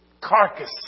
carcass